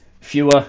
fewer